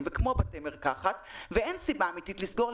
וכמו בתי מרקחת ואין סיבה אמיתית לסגור,